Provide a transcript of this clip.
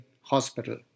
Hospital